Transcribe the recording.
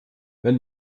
wenn